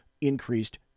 increased